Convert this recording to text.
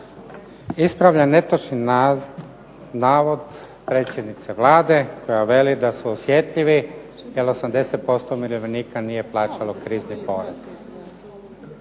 Ispravljam netočni navod predsjednice Vlade koja veli da su osjetljivi jer 80% umirovljenika nije plaćalo krizni porez.